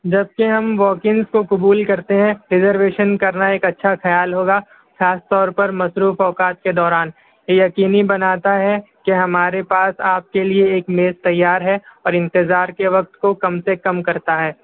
جب سے ہم ورکنگ کو قبول کرتے ہیں ریزرویشن کرنا ایک اچھا خیال ہوگا خاص طور پر مصروف اوقات کے دوران یہ یقینی بناتا ہے کہ ہمارے پاس آپ کے لیے ایک میز تیار ہے اور انتظار کے وقت کو کم سے کم کرتا ہے